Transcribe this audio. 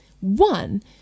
One